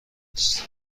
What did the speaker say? است